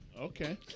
Okay